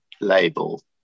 label